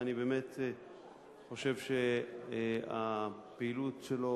ואני חושב שהפעילות שלו,